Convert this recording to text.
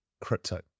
crypto